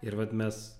ir vat mes